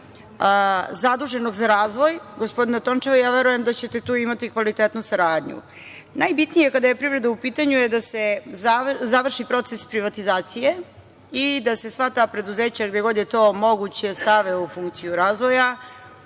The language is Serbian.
zaduženog za razvoj, gospodina Tončeva, i ja verujem da ćete tu imati kvalitetnu saradnju. Najbitnije kada je privreda u pitanju je da se završi proces privatizacije i da se sva ta preduzeća, gde god je to moguće, stave u funkciju razvoja,